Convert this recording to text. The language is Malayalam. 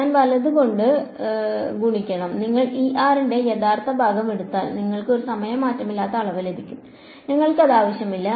ഞാൻ വലത് കൊണ്ട് ഗുണിക്കണം നിങ്ങൾ E r ന്റെ യഥാർത്ഥ ഭാഗം എടുത്താൽ നിങ്ങൾക്ക് ഒരു സമയ മാറ്റമില്ലാത്ത അളവ് ലഭിക്കും ഞങ്ങൾക്ക് അത് ആവശ്യമില്ല